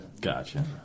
Gotcha